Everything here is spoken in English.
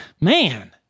man